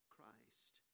Christ